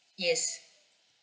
yes